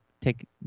take